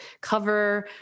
cover